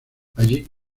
allí